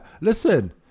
listen